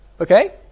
Okay